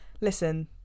listen